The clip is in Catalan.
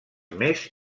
més